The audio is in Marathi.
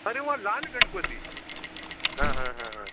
अरे वा लाल गणपती हां हां हां हां